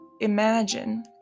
imagine